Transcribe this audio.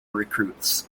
recruits